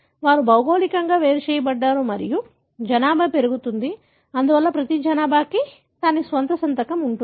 వారు భౌగోళికంగా వేరు చేయబడ్డారు మరియు జనాభా పెరుగుతుంది అందువల్ల ప్రతి జనాభాకు దాని స్వంత సంతకం ఉంటుంది